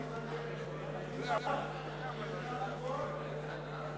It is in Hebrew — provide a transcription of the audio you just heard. אנחנו מדברים על ההסתייגויות בעמוד 182,